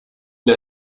der